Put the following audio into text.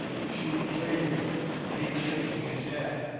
she pleading and he shaking his head,